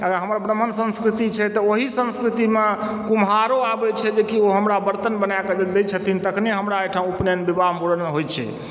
आओर हमर ब्राह्मण संस्कृति छै तऽ ओही संस्कृतिमे कुम्हारो आबै छै जे कि ओ हमरा बर्तन बनाए कऽ दै छथिन तखने हमरा ओहिठाम उपनयन विवाह मूड़नमे होइ छै